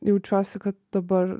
jaučiuosi kad dabar